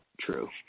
true